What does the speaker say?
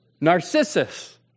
Narcissus